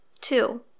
Two